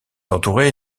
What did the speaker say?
entouré